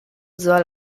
soll